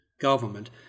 government